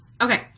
Okay